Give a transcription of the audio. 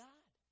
God